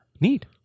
Neat